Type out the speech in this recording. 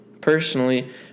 personally